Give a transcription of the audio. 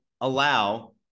allow